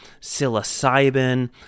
psilocybin